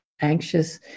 anxious